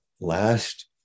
last